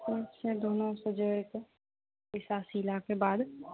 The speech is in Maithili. दोनोके जोड़ि कऽ पैसा सिलाके बाद